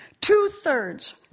Two-thirds